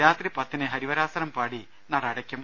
രാത്രി പത്തിന് ഹരിവരാസനം പാടി നട അടയ്ക്കും